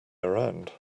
around